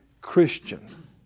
Christian